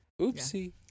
oopsie